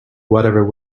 whatever